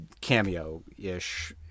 Cameo-ish